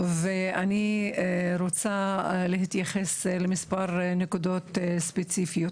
אני רוצה להתייחס למספר נקודות ספציפיות,